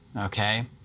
okay